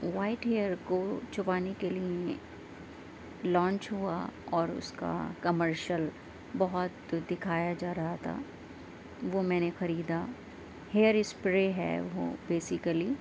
white hair کو چھپانے کے لئے لانچ ہوا اور اس کا کمرشیل بہت دکھایا جا رہا تھا وہ میں نے خریدا ہیئر اسپرے ہے وہ بیسیکلی